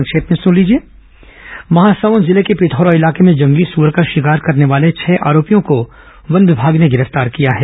संक्षिप्त समाचार महासमुन्द जिले के पिथौरा इलाके में जंगली सुअर का शिकार करने वाले छह आरोपियों को वन विभाग ने गिरफ्तार किया है